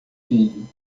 filho